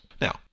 now